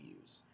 use